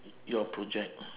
your project